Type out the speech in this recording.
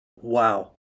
Wow